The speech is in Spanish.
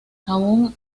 aun